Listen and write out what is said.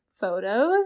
photos